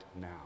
now